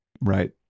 right